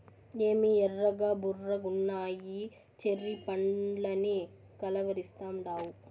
ఏమి ఎర్రగా బుర్రగున్నయ్యి చెర్రీ పండ్లని కలవరిస్తాండావు